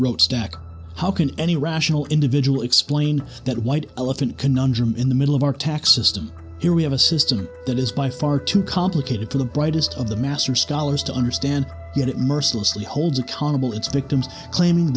rate stack how can any rational individual explain that white elephant conundrum in the middle of our tax system here we have a system that is by far too complicated for the brightest of the master scholars to understand yet it mercilessly holds accountable its victims claiming